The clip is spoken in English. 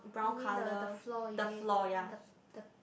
you mean the the floor is it the the